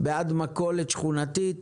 בעד מכולת שכונתית,